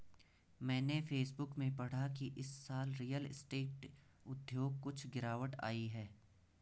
मैंने फेसबुक में पढ़ा की इस साल रियल स्टेट उद्योग कुछ गिरावट आई है